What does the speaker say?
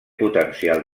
potencial